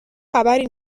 خبری